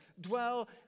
dwell